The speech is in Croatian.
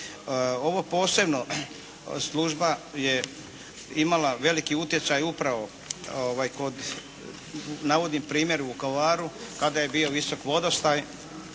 Ovo posebno služba je imala veliki utjecaj upravo kod, navodim primjer u Vukovaru kada je bio visok vodostaj,